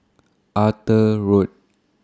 Arthur Road